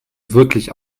wirklich